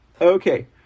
Okay